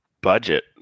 budget